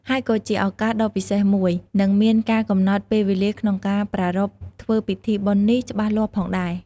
ហើយក៏ជាឱកាសដ៏ពិសេសមួយ និងមានកាលកំណត់ពេលវេលាក្នុងការប្រារព្ធធ្វើពិធីបុណ្យនេះច្បាស់លាស់ផងដែរ។